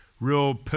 real